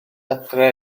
adre